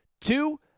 Two